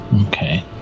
Okay